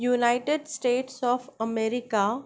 united state of America